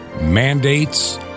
mandates